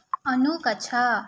अनुगच्छ